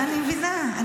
אני מבינה.